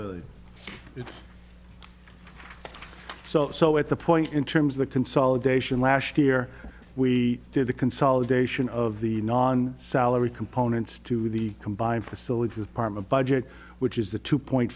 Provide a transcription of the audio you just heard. really so so at the point in terms of the consolidation last year we did the consolidation of the non salary components to the combined facilities as part of a budget which is the two point